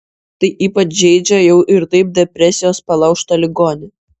tai ypač žeidžia jau ir taip depresijos palaužtą ligonį